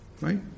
Right